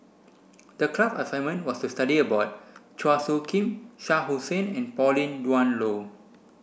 the class assignment was to study about Chua Soo Khim Shah Hussain and Pauline Dawn Loh